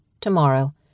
Tomorrow